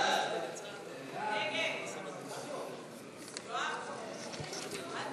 סעיף תקציבי 52, המשטרה